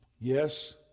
yes